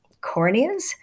corneas